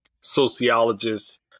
sociologist